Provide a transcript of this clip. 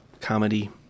comedy